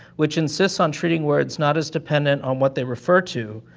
which insists on treating words not as dependent on what they refer to,